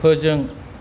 फोजों